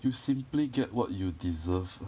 you simply get what you deserve ah